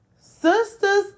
sisters